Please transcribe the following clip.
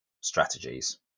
strategies